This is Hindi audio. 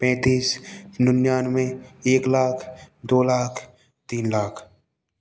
पैंतीस निन्यानवे एक लाख दो लाख तीन लाख